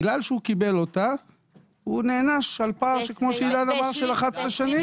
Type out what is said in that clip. בגלל שהוא קיבל אותה הוא נענש על פער של 11 שנים,